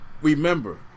remember